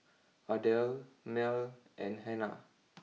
Ardelle Merl and Hanna